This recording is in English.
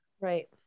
right